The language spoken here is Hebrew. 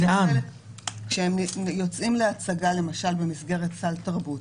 כשהם למשל יוצאים להצגה במסגרת סל תרבות,